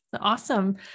Awesome